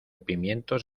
pimientos